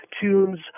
tunes